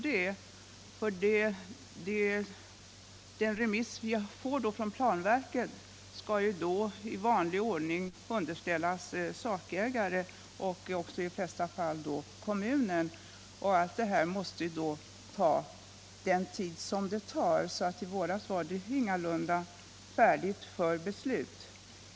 Den remiss som vi får från planverket skall i vanlig ordning underställas sakägare och i de flesta fall kommunen. Allt detta måste ta sin tid. I våras var det därför ingalunda färdigt för beslut.